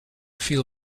feel